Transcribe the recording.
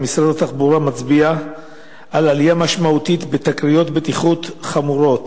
מצביע על עלייה משמעותית בתקריות בטיחות חמורות: